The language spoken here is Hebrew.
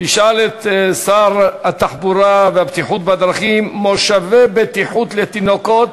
שישאל את שר התחבורה והבטיחות בדרכים על מושבי בטיחות לתינוקות.